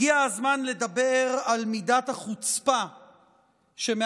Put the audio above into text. הגיע הזמן לדבר על מידת החוצפה שמאפיינת